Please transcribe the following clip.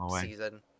season